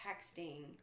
texting